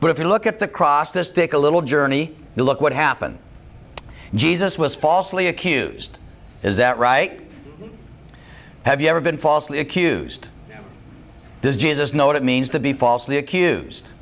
but if you look at the cross this take a little journey look what happened jesus was falsely accused is that right have you ever been falsely accused does jesus know it means to be falsely accused